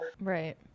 right